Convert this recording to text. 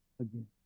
again